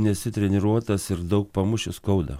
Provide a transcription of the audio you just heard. nesi treniruotas ir daug pamuši skauda